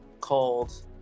called